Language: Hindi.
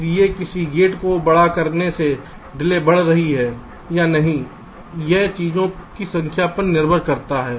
इसलिए किसी गेट को बड़ा करने से डिले बढ़ रही है या नहीं यह चीजों की संख्या पर निर्भर करता है